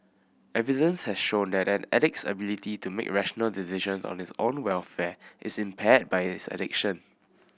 evidence has shown that an addict's ability to make rational decisions on his own welfare is impaired by his addiction